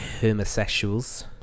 homosexuals